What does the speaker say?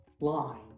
line